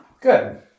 Good